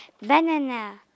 banana